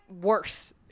worse